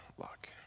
luck